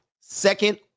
Second